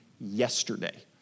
Yesterday